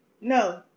No